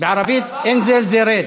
בערבית אינזל זה רד.